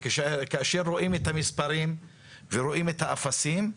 וכאשר רואים את המספרים ורואים את האפסים,